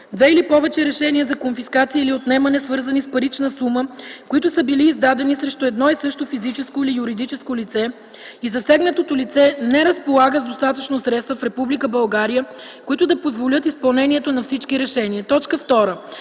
две или повече решения за конфискация или отнемане, свързани с парична сума, които са били издадени срещу едно и също физическо или юридическо лице, и засегнатото лице не разполага с достатъчно средства в Република България, които да позволят изпълнението на всички решения; 2.